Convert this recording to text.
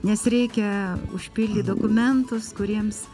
nes reikia užpildyt dokumentus kuriems